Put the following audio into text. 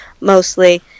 mostly